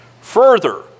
Further